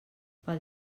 pel